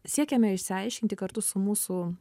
siekėme išsiaiškinti kartu su mūsų